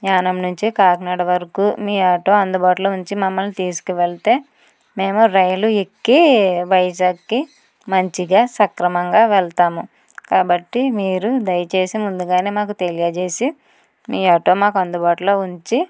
యానం నుంచి కాకినాడ వరకు మీ ఆటో అందుబాటులో ఉంచి మమ్మల్ని తీసుకువెళ్తే మేము రైలు ఎక్కి వైజాగ్కి మంచిగా సక్రమంగా వెళ్తాము కాబట్టి మీరు దయచేసి ముందుగానే మాకు తెలియజేసి మీ ఆటో మాకు అందుబాటులో ఉంచి